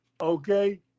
okay